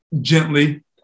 gently